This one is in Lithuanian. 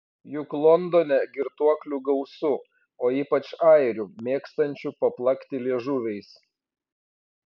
juk londone girtuoklių gausu o ypač airių mėgstančių paplakti liežuviais